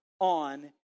on